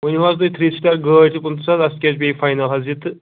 ؤنِو حظ تُہۍ تھرٛی سِٹار گٲڑۍ چھِ پٕنٛژٕہ ساس اَسہِ کیٛاہ پیٚیہِ فاینَل حظ یہِ تہٕ